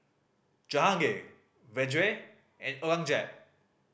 Jahangir Vedre and Aurangzeb